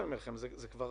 זה כבר